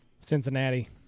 Cincinnati